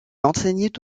enseignait